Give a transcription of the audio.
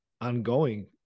ongoing